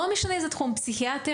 לא משנה איזה תחום: פסיכיאטריה,